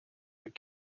that